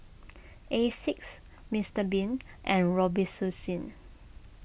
Asics Mister Bean and Robitussin